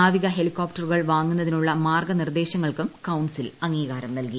നാവിക ഹെലികോപ്റ്ററുകൾ വാങ്ങുന്നതിനുള്ള മാർഗനിർദ്ദേശങ്ങൾക്കും കൌൺസിൽ അംഗീകാരം നലകി